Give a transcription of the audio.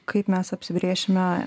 kaip mes apsibrėšime